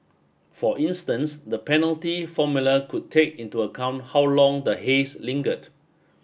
for instance the penalty formula could take into account how long the haze lingered